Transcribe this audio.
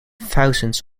thousands